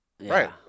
Right